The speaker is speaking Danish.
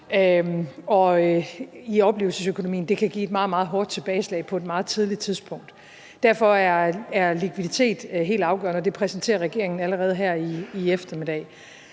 i oplevelsesøkonomien, ramme meget, meget hårdt på et meget tidligt tidspunkt. Derfor er likviditet helt afgørende, og det præsenterer regeringen allerede her i eftermiddag.